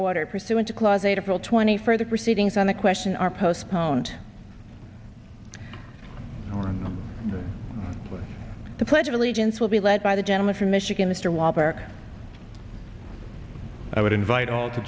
order pursuant to clause a typical twenty further proceedings on the question are postponed for the pledge of allegiance will be led by the gentleman from michigan mr walberg i would invite all to